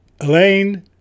Elaine